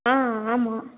ஆ ஆமாம்